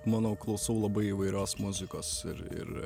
manau klausau labai įvairios muzikos ir ir